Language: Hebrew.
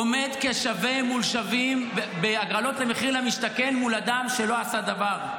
עומד כשווה מול שווים בהגרלות למחיר למשתכן מול אדם שלא עשה דבר.